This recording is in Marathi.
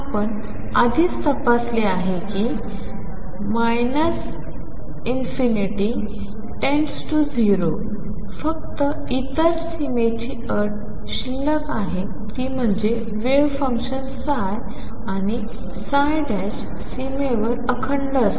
आपण आधीच तपासले आहे कि →±∞→0 फक्त इतर सीमेची अट शिल्लक आहे ती म्हणजे वेव्ह फंक्शन ψ आणि सीमेवर अखंड असणे